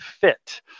fit